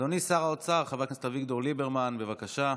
אדוני שר האוצר חבר הכנסת אביגדור ליברמן, בבקשה.